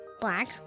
Black